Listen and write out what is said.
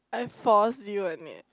I force you on it